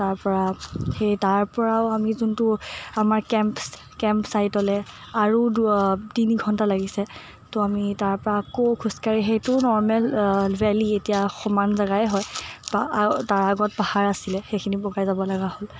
তাৰপৰা সেই তাৰপৰাও আমি যোনটো আমাৰ কেম্প কেম্প ছাইদলৈ আৰু অহ তিনি ঘণ্টা লাগিছে ত' আমি তাৰপৰা আকৌ খোজকাঢ়ি সেইটোও নৰ্মেল ভেলী এতিয়া সমান জেগায়ে হয় তাৰ আগত পাহাৰ আছিলে সেইখিনি বগাই যাব লগা হ'ল